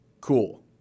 Cool